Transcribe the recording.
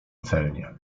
celnie